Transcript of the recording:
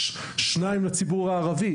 יש שניים לציבור הערבי.